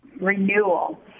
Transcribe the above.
renewal